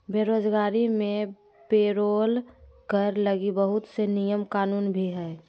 बेरोजगारी मे पेरोल कर लगी बहुत से नियम कानून भी हय